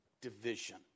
division